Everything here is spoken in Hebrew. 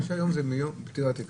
75 יום זה מיום פתיחת התיק.